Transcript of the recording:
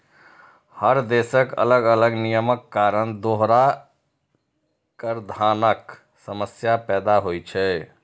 हर देशक अलग अलग नियमक कारण दोहरा कराधानक समस्या पैदा होइ छै